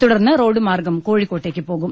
തുടർന്ന് റോഡുമാർഗ്ഗം കോഴിക്കോട്ടേക്ക് പോകും